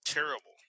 Terrible